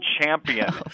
champion